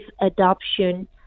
adoption